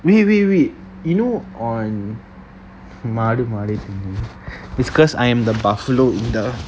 wait wait wait you know on மாடு மாறி இரு~:madu mari iru~ because I am the buffalo இந்த:intha